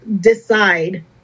Decide